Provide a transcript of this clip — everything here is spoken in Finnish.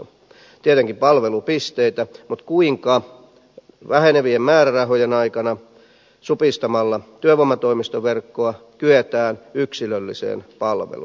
tietenkin on palvelupisteitä mutta kuinka vähenevien määrärahojen aikana supistamalla työvoimatoimistoverkkoa kyetään yksilölliseen palveluun